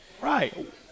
Right